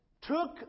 took